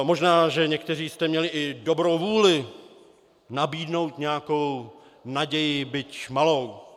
Možná že někteří jste měli i dobrou vůli nabídnout nějakou naději, byť malou.